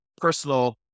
personal